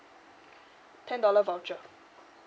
ten dollar voucher